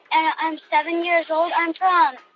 and i'm seven years old. i'm from